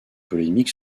polémique